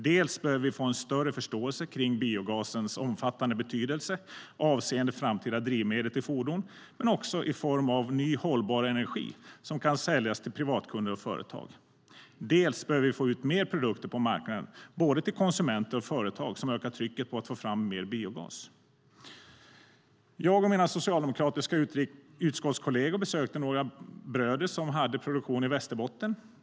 Dels behöver vi få en större förståelse för biogasens omfattande betydelse avseende framtida drivmedel till fordon men också i form av ny hållbar energi som kan säljas till privatkunder och företag, dels behöver vi få ut mer produkter på marknaden både till konsumenter och till företag som ökar trycket på att få fram mer biogas. Jag och mina socialdemokratiska utskottskolleger besökte några bröder som hade produktion i Västerbotten.